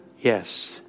Yes